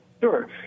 Sure